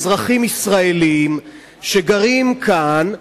אזרחים ישראלים שגרים כאן,